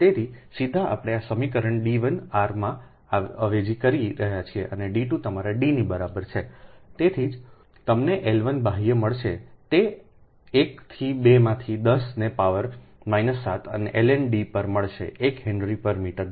તેથી સીધા આપણે આ સમીકરણ D1 r માં અવેજી કરી રહ્યા છીએ અને D2 તમારા D ની બરાબર છે તેથી જ તમને L 1 બાહ્ય મળશે તે 1 થી 2 માં 10 ને પાવર માઈનસ 7 ln d પર મળશે 1 હેનરી પર મીટર દીઠ